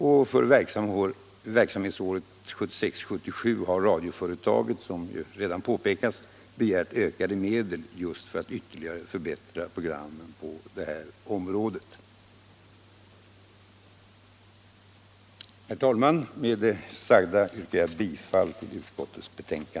Och för verksamhetsåret 1976/77 har radioföretaget, som redan påpekats, begärt ökade medel för att just ytterligare förbättra programmen på detta område. Herr talman! Med det sagda yrkar jag bifall till vad utskottet hemställt.